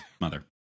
mother